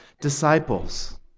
disciples